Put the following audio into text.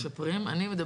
אני מבינה, משפרים.